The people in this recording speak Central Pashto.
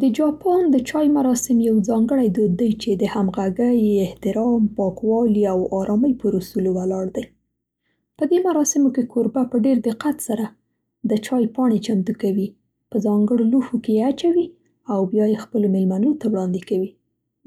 د جاپان د چای مراسم یو ځانګړی دود دی چې د همغږۍ، احترام، پاکوالي او ارامۍ پر اصولو ولاړ دی. په دې مراسمو کې، کوربه په ډېر دقت سره د چای پاڼې چمتو کوي، په ځانګړو لوښو کې یې اچوي او بیا یې خپلو مېلمنو ته وړاندې کوي.